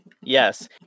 Yes